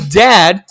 dad